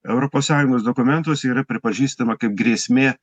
europos sąjungos dokumentuose yra pripažįstama kaip grėsmė